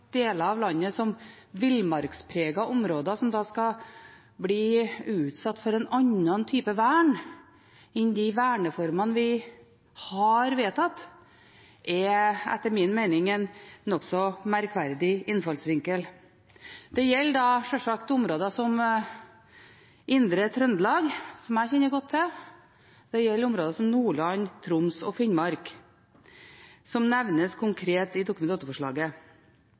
deler av landet som villmarkspregede områder som da skal bli utsatt for en annen type vern enn de verneformene vi har vedtatt, er etter min mening en nokså merkverdig innfallsvinkel. Det gjelder sjølsagt områder som Indre Trøndelag, som jeg kjenner godt til, og Nordland, Troms og Finnmark, som nevnes konkret i Dokument